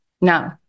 No